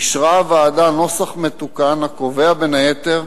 אישרה הוועדה נוסח מתוקן, הקובע, בין היתר,